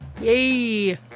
Yay